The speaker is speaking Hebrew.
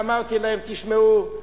ואמרתי להם: תשמעו,